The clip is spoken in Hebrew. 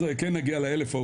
אז כן נגיע ל-1,000,